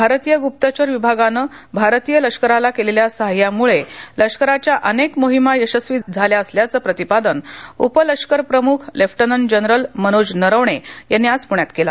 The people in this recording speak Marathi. भारतीय गुप्तचर विभागाने भारतीय लष्कराला केलेल्या सहाय्यामुळे लष्कराच्या अनेक मोहिमा यशस्वी झाल्या असल्याचं प्रतिपादन उप लष्कर प्रमुख लेफ्टनंट जनरल मनोज नरवणे यांनी आज प्ण्यात केलं